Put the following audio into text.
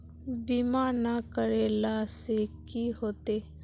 बीमा ना करेला से की होते?